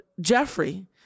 Jeffrey